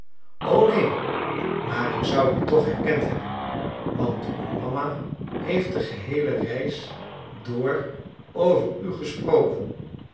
o neen maar ik zou u toch herkend hebben want uw mama heeft de geheele reis door over u gesproken